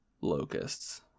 locusts